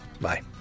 Bye